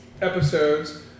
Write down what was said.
episodes